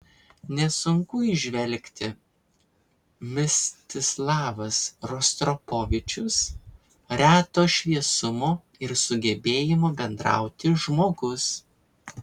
nesunku įžvelgti mstislavas rostropovičius reto šviesumo ir sugebėjimo bendrauti žmogus